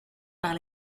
par